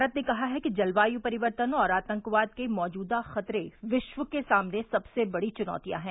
भारत ने कहा है कि जलवायू परिवर्तन और आतंकवाद के मौजूदा खतरे विश्व के सामने सबसे बड़ी चुनौतियां हैं